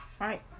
Right